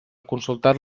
consultar